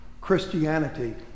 Christianity